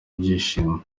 byishimo